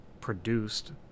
produced